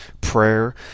prayer